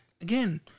again